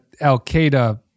Al-Qaeda